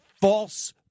false